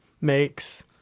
makes